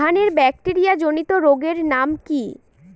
ধানের ব্যাকটেরিয়া জনিত রোগের নাম কি?